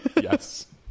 Yes